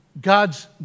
God's